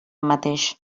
mateix